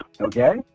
Okay